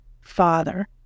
father